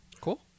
Cool